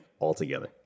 altogether